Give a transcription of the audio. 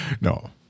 No